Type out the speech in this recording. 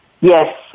Yes